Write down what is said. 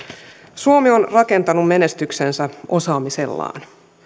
suomi on rakentanut menestyksensä osaamisellaan